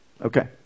Okay